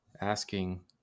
asking